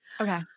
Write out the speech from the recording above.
Okay